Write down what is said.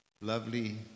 Lovely